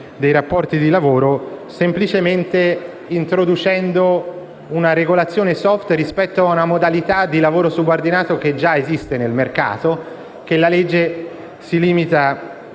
dei rapporti di lavoro semplicemente introducendo una regolazione *soft* rispetto ad una modalità di lavoro subordinato che già esiste nel mercato, che la legge si limita